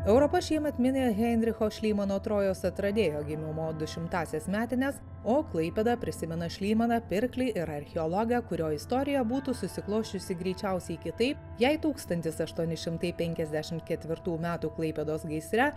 europa šiemet mini heinricho šlymano trojos atradėjo gimimo dušimtąsias metines o klaipėda prisimena šlymaną pirklį ir archeologą kurio istorija būtų susiklosčiusi greičiausiai kitaip jei tūkstantis aštuoni šimtai penkiasdešimt ketvirtų metų klaipėdos gaisre